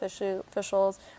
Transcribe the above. officials